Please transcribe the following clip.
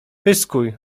pyskuj